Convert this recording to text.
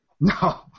No